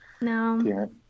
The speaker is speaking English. no